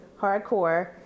hardcore